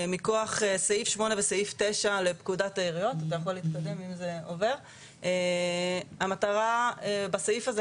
מכוח סעיף 8 וסעיף 9. המטרה בסעיף הזה